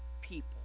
people